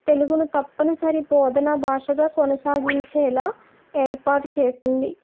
తెలుగును తప్పనిసరి బోధనా భాషగా కొనసాగించేలాగ ఏర్పాటు చేసింది